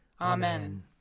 Amen